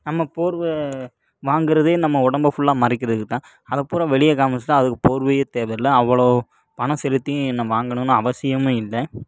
நம்ம போர்வை வாங்குறதே நம்ம உடம்ப ஃபுல்லாக மறைக்கிறதுக்கு தான் அதை ஃபூரா வெளியே காம்மிச்சுட்டா அதுக்கு போர்வையே தேவை இல்லை அவ்வளோ பணம் செலுத்தி நம்ம வாங்கணும்னு அவசியம் இல்லை